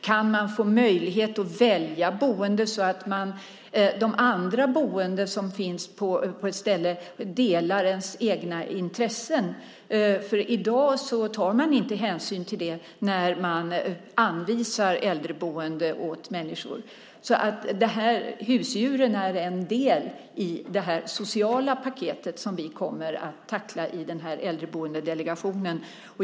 Kan man få möjlighet att välja boende så att de andra som bor på ett ställe delar ens egna intressen? I dag tar man inte hänsyn till det när man anvisar människor äldreboende. Husdjuren är en del i det sociala paket som vi kommer att tackla i Äldreboendedelegationen.